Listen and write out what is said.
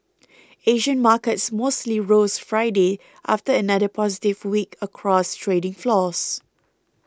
Asian markets mostly rose Friday after another positive week across trading floors